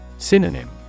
Synonym